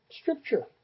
Scripture